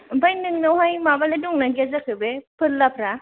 ओमफ्राय नोंनावलाय माबालाय दंना गैया जाखो बे फोरलाफ्रा